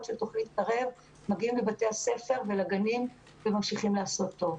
של תוכנית קרב מגיעים לבתי הספר ולגנים וממשיכים לעשות טוב.